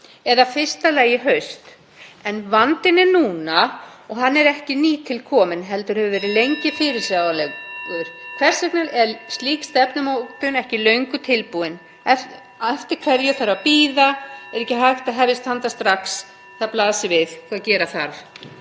eða fyrsta lagi í haust. En vandinn er núna og hann er ekki nýtilkominn heldur hefur verið lengi fyrirsjáanlegur. (Forseti hringir.) Hvers vegna er slík stefnumótun ekki löngu tilbúin? Eftir hverju þarf að bíða? Er ekki hægt að hefjast handa strax? Það blasir við hvað gera þarf,